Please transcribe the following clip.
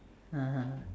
(uh huh)